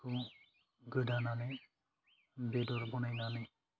बेखौ गोदानानै बेदर बनायनानै